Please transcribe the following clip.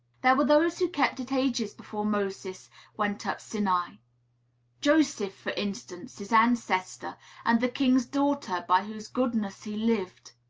there were those who kept it ages before moses went up sinai joseph, for instance, his ancestor and the king's daughter, by whose goodness he lived.